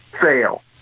fail